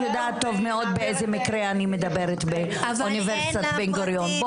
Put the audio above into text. את יודעת טוב מאוד על זה מקרה אני מדברת באוניברסיטת בן גוריון.